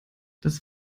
das